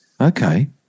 okay